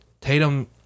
Tatum